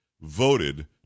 voted